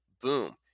boom